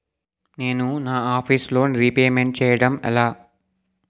నేను నా office loan repayment చేయడం ఎలా?